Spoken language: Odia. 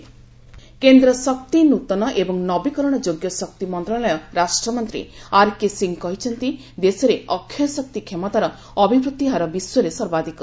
ପୁନଃ ପ୍ରକ୍ରିୟାକରଣ ଶକ୍ତି କେନ୍ଦ୍ର ଶକ୍ତି ନୂତନ ଏବଂ ନବୀକରଣ ଯୋଗ୍ୟ ଶକ୍ତି ମନ୍ତ୍ରଣାଳୟ ରାଷ୍ଟ୍ର ମନ୍ତ୍ରୀ ଆର୍କେ ସିଂହ କହିଛନ୍ତି ଦେଶରେ ଅକ୍ଷୟ ଶକ୍ତି କ୍ଷମତାର ଅଭିବୃଦ୍ଧିହାର ବିଶ୍ୱରେ ସର୍ବାଧିକ